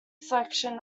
selection